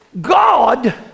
God